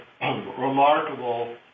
remarkable